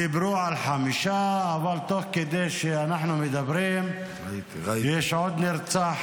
אבל תוך כדי שאנחנו מדברים יש עוד נרצח,